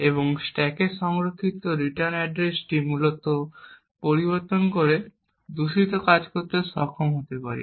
এবং স্ট্যাকে সংরক্ষিত রিটার্ন অ্যাড্রেসটি মূলত পরিবর্তন করে দূষিত কাজ করতে সক্ষম হতে পারি